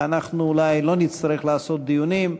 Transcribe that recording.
ואנחנו אולי לא נצטרך לקיים דיונים.